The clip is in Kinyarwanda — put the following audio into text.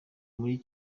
muri